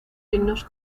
signos